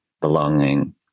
belonging